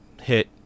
hit